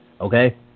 Okay